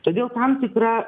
todėl tam tikrą